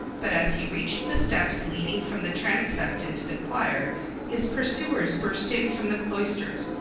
but as he reached the steps leading from the transept into the choir his pursuers burst in from the cloisters.